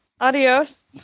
Adios